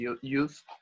youth